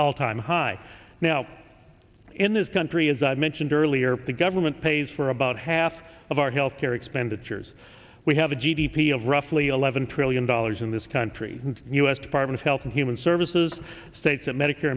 all time high now in this country as i mentioned earlier the government pays for about half of our health care expenditures we have a g d p of roughly eleven trillion dollars in this country and us department of health and human services states that medicare